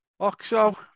Oxo